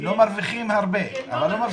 הם לא מרוויחים הרבה, אבל לא מפסידים.